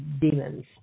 demons